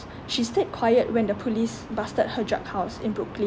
she stayed quiet when the police busted her house in brooklyn